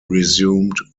resumed